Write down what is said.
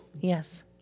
Yes